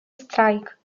strajk